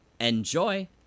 Enjoy